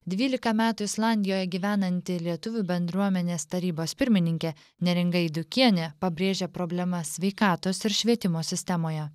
dvylika metų islandijoje gyvenanti lietuvių bendruomenės tarybos pirmininkė neringa eidukienė pabrėžia problemas sveikatos ir švietimo sistemoje